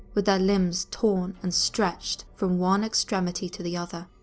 with their limbs torn and stretched from one extremity to the other.